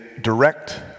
direct